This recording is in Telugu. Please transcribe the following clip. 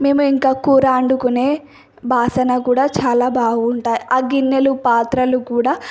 మేము ఇంకా కూర వండుకునే బాసన కూడా చాలా బావుంటాయి ఆ గిన్నెలు పాత్రలు కూడా